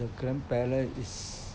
the grandparent is